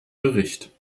bericht